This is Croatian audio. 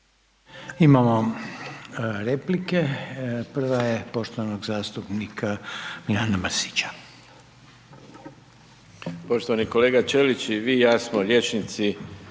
Imamo replike. Prva je poštovanog zastupnika Miranda Mrsića.